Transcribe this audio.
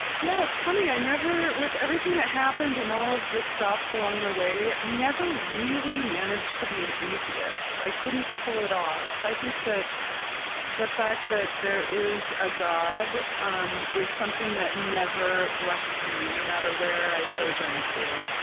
yeah, it's funny. i never with everything that happened and all of the stops along the way, i never really managed to be an atheist. i couldn't pull it off. i think the fact that there is a god um is something that never left me no matter where i sojourned to.